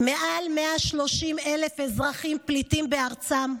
מעל 130,000 אזרחים פליטים בארצם,